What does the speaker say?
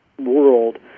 world